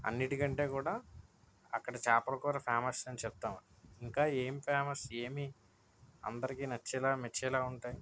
అన్నింటికంటే కూడా అక్కడ చేపల కూర ఫేమస్ అని చెప్తాం ఇంకా ఏమి ఫేమస్ ఏమి అందరికి నచ్చేలాగా మెచ్చేలాగా ఉంటాయి